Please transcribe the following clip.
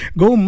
go